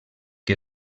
que